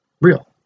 real